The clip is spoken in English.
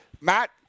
Matt